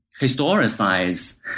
historicize